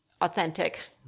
authentic